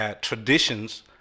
Traditions